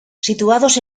situados